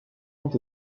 ont